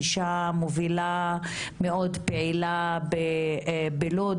אישה מובילה מאוד פעילה בלוד,